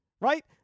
right